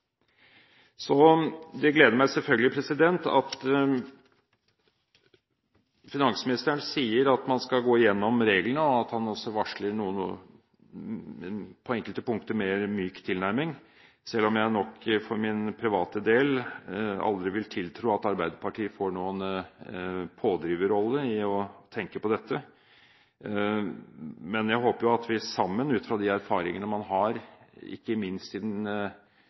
Det gleder meg selvfølgelig at finansministeren sier at man skal gå igjennom reglene, og at han også varsler en mykere tilnærming på enkelte punkter, selv om jeg nok for min private del aldri vil tiltro at Arbeiderpartiet får noen pådriverrolle i å tenke på dette. Men jeg håper at vi sammen, ut fra de erfaringene man har, ikke minst i den